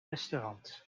restaurant